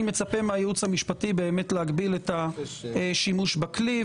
אני מצפה מהייעוץ המשפטי באמת להגביל את השימוש בכלי,